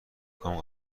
کام